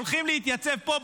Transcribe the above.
הולכים להתייצב פה,